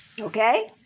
Okay